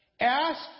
Ask